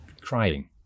crying